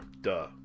duh